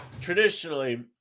traditionally